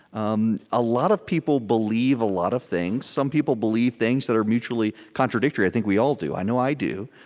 um a lot of people believe a lot of things. some people believe things that are mutually contradictory. i think we all do. i know i do.